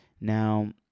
Now